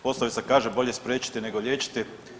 Poslovica kaže, bolje spriječiti nego liječiti.